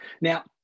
Now